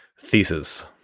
thesis